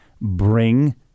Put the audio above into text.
bring